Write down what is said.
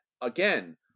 again